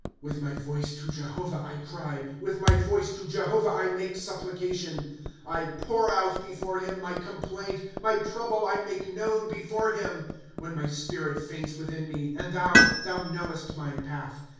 with my voice to jehovah i cry with my voice to jehovah i make supplication i pour out before him my complaint my trouble i make known before him when my spirit faints within me, and thou, thou knowesfc my path.